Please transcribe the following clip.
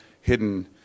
hidden